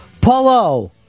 Paulo